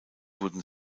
wurden